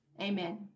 Amen